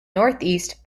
northeast